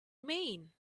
mean